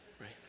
right